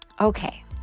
Okay